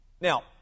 Now